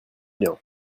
bien